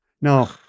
Now